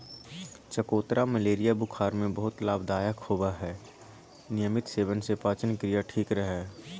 चकोतरा मलेरिया बुखार में बहुत लाभदायक होवय हई नियमित सेवन से पाचनक्रिया ठीक रहय हई